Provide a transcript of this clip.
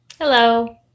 Hello